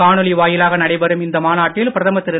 காணொலி வாயிலாக நடைபெறும் இந்த மாநாட்டில் பிரதமர் திரு